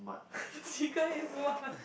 the chicken is smart